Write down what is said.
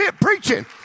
preaching